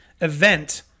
event